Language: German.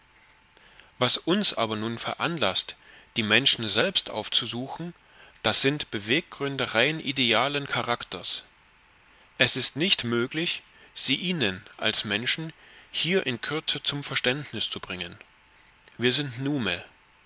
was uns aber nun veranlaßt die menschen selbst aufzusuchen das sind beweggründe rein idealen charakters es ist nicht möglich sie ihnen als menschen hier in kürze zum verständnis zu bringen wir sind nume